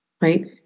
right